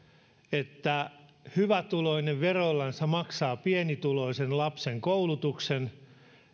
että hyvätuloinen veroillansa maksaa pienituloisen lapsen koulutuksen